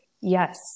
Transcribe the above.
yes